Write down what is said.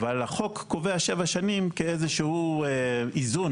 אבל החוק קובע שבע שנים כאיזשהו איזון